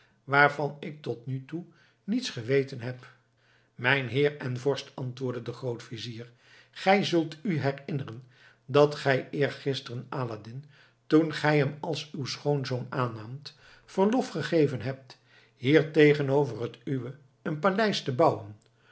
waarvan ik tot nu toe niets geweten heb mijn heer en vorst antwoordde de grootvizier gij zult u herinneren dat gij eergisteren aladdin toen gij hem als uw schoonzoon aannaamt verlof gegeven hebt hier tegenover het uwe een paleis te bouwen